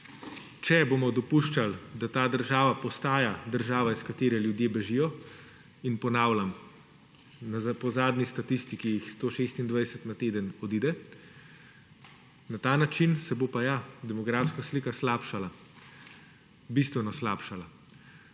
Če bomo dopuščali, da ta država postaja država, iz katere ljudje bežijo - in ponavljam, po zadnji statistiki jih 126 na teden odide -, na ta način se bo demografska slika slabšala, bistveno slabšala.